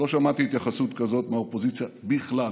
לא שמעתי התייחסות כזאת מהאופוזיציה בכלל.